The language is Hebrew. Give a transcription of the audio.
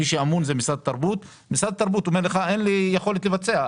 מי שאמון זה משרד התרבות ומשרד התרבות אומר שאין לו יכולת לבצע.